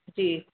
जी